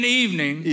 evening